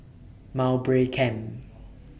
Mowbray Camp